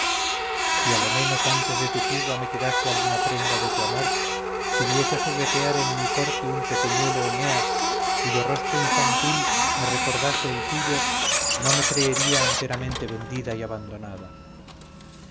si a lo menos antes de tu fuga me quedase alguna prenda de tu amor si viese juguetear en mi corte un pequeñuelo eneas cuyo rostro infantil me recordase el tuyo no me creería enteramente vendida y abandonada